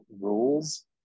rules